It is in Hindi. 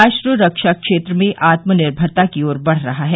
राष्ट्र रक्षा क्षेत्र में आत्मनिर्मरता की ओर बढ रहा है